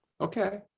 Okay